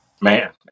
Man